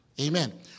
Amen